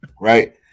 Right